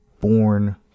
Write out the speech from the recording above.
born